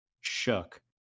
shook